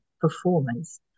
performance